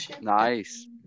Nice